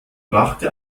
brachte